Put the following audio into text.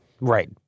Right